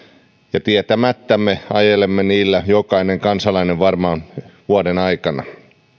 ja tietämättämme ajelemme niillä jokainen kansalainen vuoden aikana